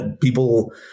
People